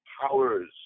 powers